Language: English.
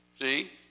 See